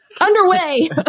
Underway